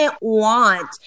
want